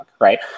right